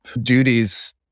duties